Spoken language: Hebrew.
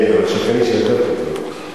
כן, אבל "שֹכן לשבטיו" כתוב,